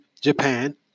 Japan